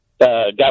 got